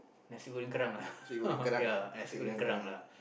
nasi-goreng-kerang lah ya nasi-goreng-kerang